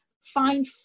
find